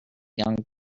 young